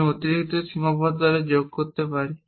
আমি অতিরিক্ত সীমাবদ্ধতা যোগ করতে পারি